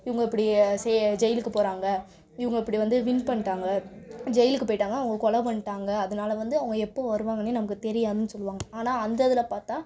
இவங்க இப்படி செ ஜெயிலுக்கு போகிறாங்க இவங்க இப்படி வந்து வின் பண்ணிட்டாங்க ஜெயிலுக்கு போய்ட்டாங்க அவங்க கொலை பண்ணிட்டாங்க அதனால் வந்து அவங்க எப்போது வருவாங்கனே நமக்கு தெரியாதுன்னு சொல்வாங்க ஆனால் அந்த இதில் பார்த்தா